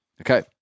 Okay